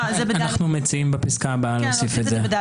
אנו מציעים בפסקה הבאה להוסיף את זה.